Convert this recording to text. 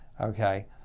okay